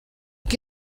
get